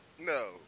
No